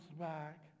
back